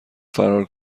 فرار